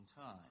time